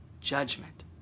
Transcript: judgment